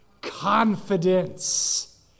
Confidence